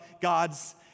God's